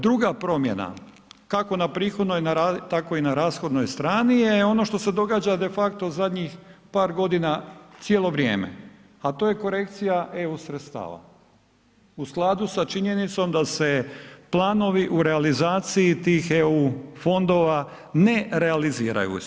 Druga, druga promjena kako na prihodnoj, tako i na rashodnoj strani je ono što se događa defakto u zadnjih par godina cijelo vrijeme, a to je korekcija EU sredstava u skladu sa činjenicom da se planovi u realizaciji tih EU fondova ne realiziraju.